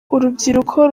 urubyiruko